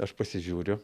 aš pasižiūriu